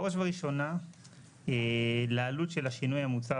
בראש ובראשונה לעלות של השינוי המוצע